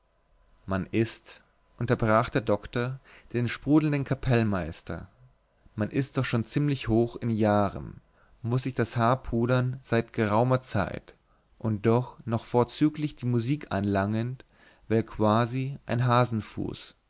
man ist unterbrach der doktor den sprudelnden kapellmeister man ist doch schon ziemlich hoch in jahren muß sich das haar pudern seit geraumer zeit und doch noch vorzüglich die musik anlangend vel quasi ein hasenfuß